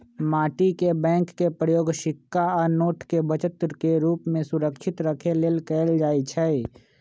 माटी के बैंक के प्रयोग सिक्का आ नोट के बचत के रूप में सुरक्षित रखे लेल कएल जाइ छइ